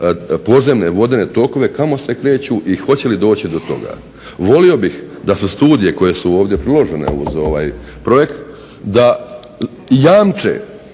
podzemne vodene tokove kamo se kreću i hoće li doći do toga. volio bih da su studije koje su priložene uz ovaj projekt kako jamče